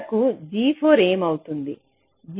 చివరకు G4 ఏమి అవుతుంది